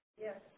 Yes